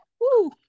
Woo